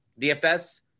DFS